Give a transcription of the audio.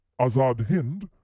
Azad-Hind